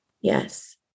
Yes